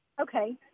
Okay